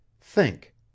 think